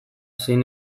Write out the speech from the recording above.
zein